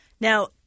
Now